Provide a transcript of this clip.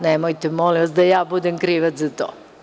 Nemojte, molim vas, da ja budem krivac za to.